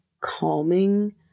calming